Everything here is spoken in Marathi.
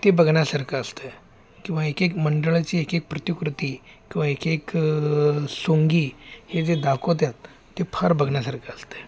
ते बघण्यासारखं असतं किंवा एक एक मंडळाची एक एक प्रतिकृती किंवा एक एक सोंगी हे जे दाखवतात ते फार बघण्यासारखं असतं आहे